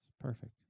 Perfect